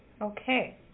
Okay